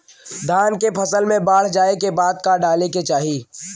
धान के फ़सल मे बाढ़ जाऐं के बाद का डाले के चाही?